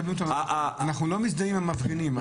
אנחנו לא מזדהים עם המפגינים,